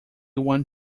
want